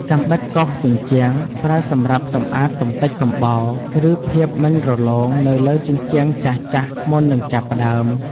កាំបិតកោសជញ្ជាំង ប្រើសម្រាប់សម្អាតកម្ទេចកំបោរ ឬភាពមិនរលោងនៅលើជញ្ជាំងចាស់ៗមុននឹងចាប់ផ្ដើម។